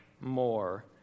more